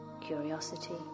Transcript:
curiosity